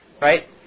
right